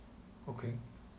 okay